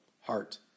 heart